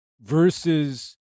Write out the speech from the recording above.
versus